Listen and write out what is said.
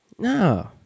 No